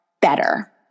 better